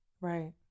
Right